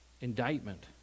indictment